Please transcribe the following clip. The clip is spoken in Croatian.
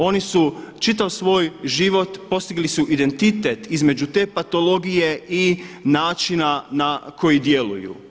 Oni su čitav svoj život postigli su identitet između te patologije i načina na koji djeluju.